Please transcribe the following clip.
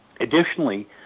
additionally